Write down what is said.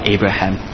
Abraham